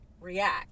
react